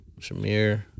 Shamir